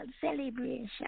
celebration